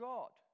God